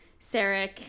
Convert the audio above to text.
Sarek